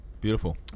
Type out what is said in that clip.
Beautiful